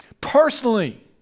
personally